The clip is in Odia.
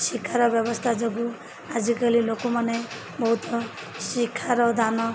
ଶିକ୍ଷାର ବ୍ୟବସ୍ଥା ଯୋଗୁଁ ଆଜିକାଲି ଲୋକମାନେ ବହୁତ ଶିକ୍ଷାର ଦାନ